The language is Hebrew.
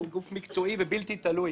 שהוא גוף מקצועי ובלתי תלוי